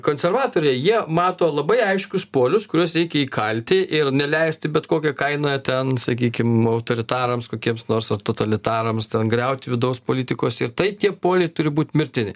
konservatoriai jie mato labai aiškius polius kuriuos reikia įkalti ir neleisti bet kokia kaina ten sakykim autoritarams kokiems nors ar totalitarams griauti vidaus politikos ir tai tie poliai turi būt mirtini